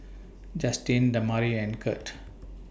Justyn Damari and Kirt